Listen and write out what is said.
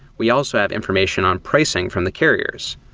we also have information on pricing from the carriers,